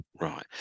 Right